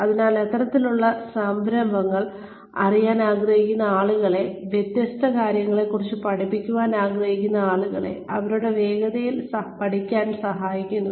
അതിനാൽ ഇത്തരത്തിലുള്ള സംരംഭങ്ങൾ അറിയാൻ ആഗ്രഹിക്കുന്ന ആളുകളെ വ്യത്യസ്ത കാര്യങ്ങളെക്കുറിച്ച് പഠിക്കാൻ ആഗ്രഹിക്കുന്ന ആളുകളെ അവരുടെ വേഗതയിൽ പഠിക്കാൻ സഹായിക്കുന്നു